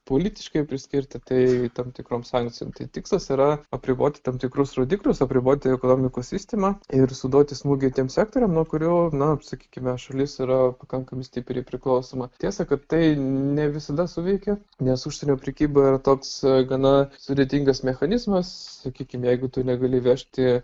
politiškai priskirti tai tam tikrom sankcijom tai tikslas yra apriboti tam tikrus rodiklius apriboti ekonomikos vystymą ir suduoti smūgį tiems sektoriams nuo kurių na sakykime šalis yra pakankamai stipriai priklausoma tiesa kad tai ne visada suveikia nes užsienio prekyba yra toks gana sudėtingas mechanizmas sakykime jeigu tu negali vežti